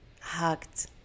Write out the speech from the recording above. hugged